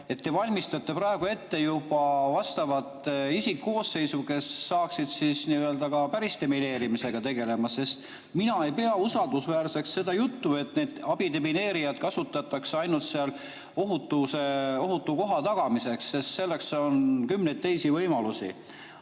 et te valmistate ette juba vastavat isikkoosseisu, kes saaks ka päris demineerimisega tegeleda? Mina ei pea usaldusväärseks seda juttu, et neid abidemineerijaid kasutatakse seal ainult ohutu koha tagamiseks, sest selleks on kümneid teisi võimalusi.